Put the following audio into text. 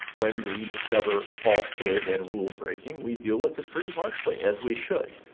when we discover falsehood and rule breaking we deal with it pretty harshly, as we should.